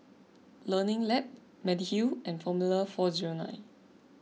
Learning Lab Mediheal and formula four zero nine